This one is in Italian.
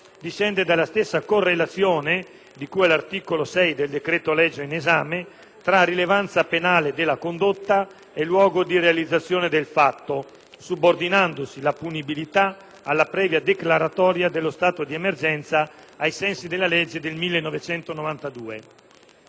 del resto dalla stessa correlazione, di cui all'articolo 6 del decreto-legge, tra rilevanza penale della condotta e luogo di realizzazione del fatto, subordinandosi la punibilità alla previa declaratoria dello stato di emergenza ai sensi della legge n. 225